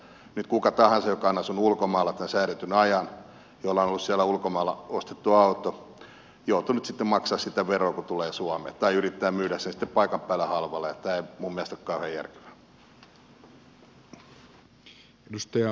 nyt kuka tahansa joka on asunut ulkomailla tämän säädetyn ajan jolla on ollut siellä ulkomailla ostettu auto joutuu sitten maksamaan siitä veroa kun tulee suomeen tai yrittämään myydä sen sitten paikan päällä halvalla ja tämä ei minun mielestäni ole kauhean järkevää